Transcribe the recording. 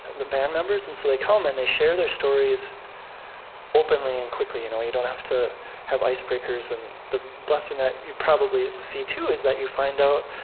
the band members. and so they come, and they share their stories openly and quickly. you know you don't have to have icebreakers and the blessing that you probably see, too, is that you find out